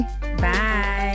Bye